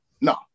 No